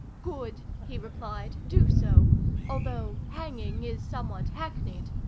good! he replied, do so although hanging is somewhat hacknied.